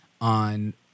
on